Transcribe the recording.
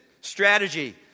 strategy